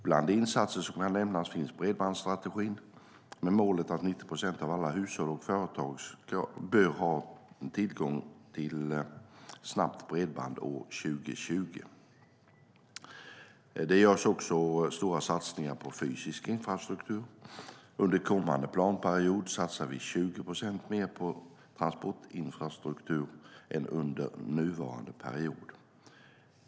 Bland de insatser som kan nämnas finns bredbandsstrategin med målet att 90 procent av alla hushåll och företag bör ha tillgång till snabbt bredband år 2020. Det görs också stora satsningar på fysisk infrastruktur. Under kommande planperiod satsar vi 20 procent mer på transportinfrastruktur än under nuvarande period.